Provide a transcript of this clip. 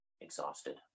exhausted